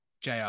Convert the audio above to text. JR